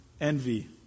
envy